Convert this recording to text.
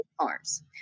cars